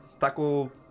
taco